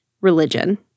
religion